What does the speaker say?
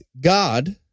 God